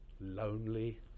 lonely